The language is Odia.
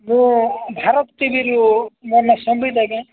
ମୁଁ ଭାରତ ଟିଭିରୁ ମୋ ନା ସମ୍ବିଦ ଆଜ୍ଞା